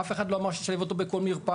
אף אחד לא אמר שתשלב אותו בכל מרפאה,